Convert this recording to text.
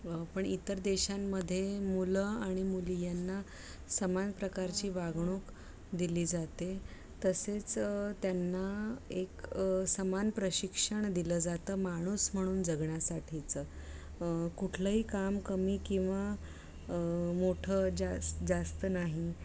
पण इतर देशांमध्ये मुलं आणि मुली यांना समान प्रकारची वाघणूक दिली जाते तसेच त्यांना एक समान प्रशिक्षण दिलं जातं माणूस म्हणून जगण्यासाठीचं कुठलंही काम कमी किंवा मोठं जास् जास्त नाही